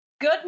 Good